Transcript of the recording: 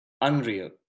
unreal